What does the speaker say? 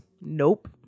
Nope